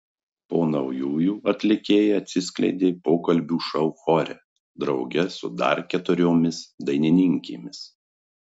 po naujųjų atlikėja atsiskleidė pokalbių šou chore drauge su dar keturiomis dainininkėmis